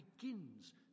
begins